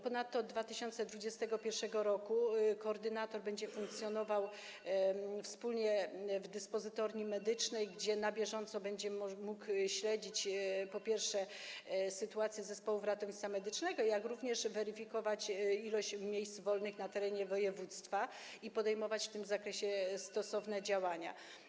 Ponadto od 2021 r. koordynator będzie funkcjonował w dyspozytorni medycznej, gdzie na bieżąco będzie mógł śledzić, po pierwsze, sytuację zespołów ratownictwa medycznego, jak również weryfikować liczbę miejsc wolnych na terenie województwa i podejmować w tym zakresie stosowne działania.